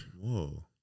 Whoa